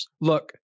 Look